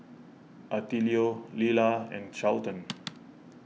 Attilio Lelah and Charlton